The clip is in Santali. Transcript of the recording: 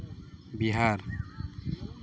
ᱵᱤᱦᱟᱨ